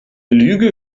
lüge